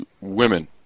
women